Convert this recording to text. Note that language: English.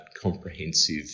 comprehensive